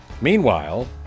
Meanwhile